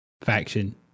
faction